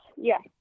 yes